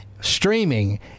streaming